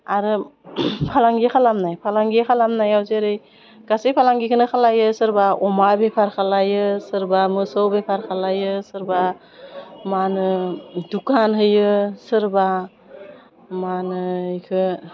आरो फालांगि खालामनाय फालांगि खालामनायाव जेरै गासै फालांगिखौनो खालायो सोरबा अमा बेफार खालायो सोरबा मोसौ बेफार खालायो सोरबा मा होनो दुखान होयो सोरबा मा होनो बेखौ